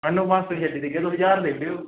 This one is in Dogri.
चलो पंज सौ छड्डी देगे तुस ज्हार देओ